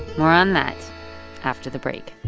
more on that after the break